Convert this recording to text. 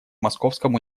московском